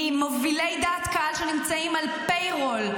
ממובילי דעת קהל שנמצאים על payroll,